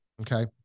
Okay